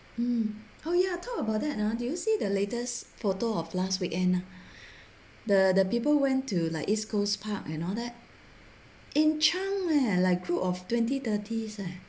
mm oh ya talk about that ah did you see the latest photo of last weekend the the people went to like east coast park and all that in chunk eh like group of twenty thirties leh